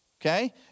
Okay